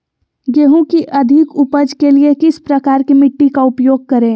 गेंहू की अधिक उपज के लिए किस प्रकार की मिट्टी का उपयोग करे?